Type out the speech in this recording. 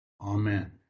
Amen